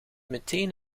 meteen